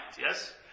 yes